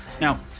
Now